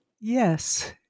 Yes